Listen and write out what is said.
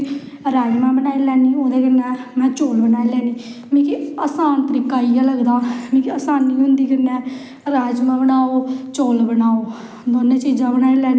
फिरी रुट्टी खन्ने रोट्टी खाई खुईयै शैल लोह्ड़ी गी बड़ा मज़ा आंदा बच्चें दा एह् बच्चें दा गै जादै ध्यार होंदा ऐ बच्चे